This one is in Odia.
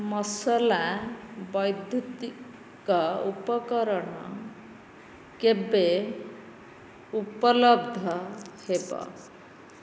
ମସଲା ବୈଦ୍ୟୁତିକ ଉପକରଣ କେବେ ଉପଲବ୍ଧ ହେବ